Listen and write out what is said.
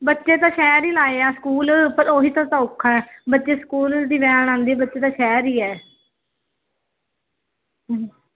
ਬੱਚੇ ਤਾਂ ਸ਼ਹਿਰ ਹੀ ਲਾਏ ਆ ਸਕੂਲ ਉਹੀ ਤਾਂ ਔਖਾ ਬੱਚੇ ਸਕੂਲ ਦੀ ਵੈਨ ਆਉਂਦੀ ਬੱਚੇ ਦਾ ਸ਼ਹਿਰ ਹੀ ਹੈ ਹਮ